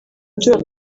duhura